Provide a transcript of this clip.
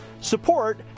support